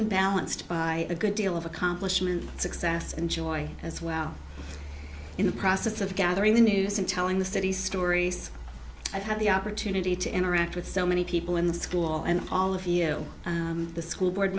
been balanced by a good deal of accomplishment success and joy as well in the process of gathering the news and telling the city's stories i've had the opportunity to interact with so many people in the school and all of the school board